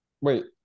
Wait